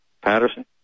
Patterson